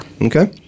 Okay